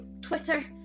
Twitter